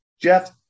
Jeff